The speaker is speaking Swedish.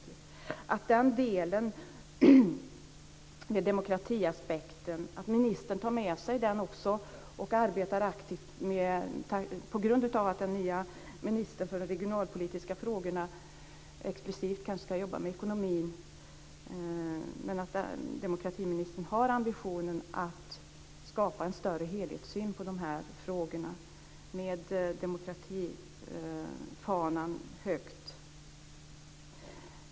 Jag utläser att den del som gäller demokratiaspekten tar ministern med sig och arbetar aktivt med, på grund av att den nya ministern för regionalpolitiska frågor explicit kanske ska jobba med ekonomin. Demokratiministern bör ha ambitionen att skapa en större helhetssyn på de här frågorna, med demokratifanan högt.